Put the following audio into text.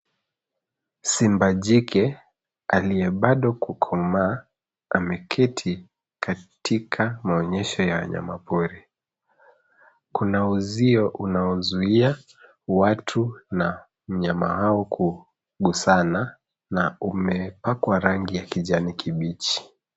Simba jike aliye bado kukomaa ameketi katika maonyesho ya wanyama pori. Kuna uzio unaozuia watu na mnyama hao kugusana na umepakwa rangi ya kijani kibichi.